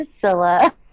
Priscilla